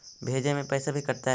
भेजे में पैसा भी कटतै?